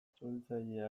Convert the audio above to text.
suhiltzailea